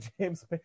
James